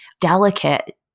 delicate